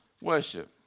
worship